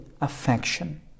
affection